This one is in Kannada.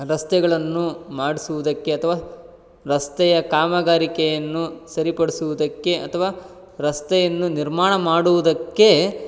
ರಸ್ತೆಗಳನ್ನು ಮಾಡಿಸುವುದಕ್ಕೆ ಅಥವಾ ರಸ್ತೆಯ ಕಾಮಗಾರಿಕೆಯನ್ನು ಸರಿಪಡಿಸುವುದಕ್ಕೆ ಅಥವಾ ರಸ್ತೆಯನ್ನು ನಿರ್ಮಾಣ ಮಾಡುವುದಕ್ಕೆ